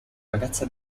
ragazza